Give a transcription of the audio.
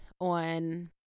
on